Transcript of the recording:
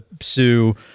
sue